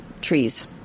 trees